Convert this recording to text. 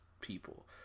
people